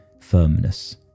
firmness